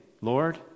Lord